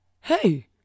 Hey